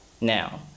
now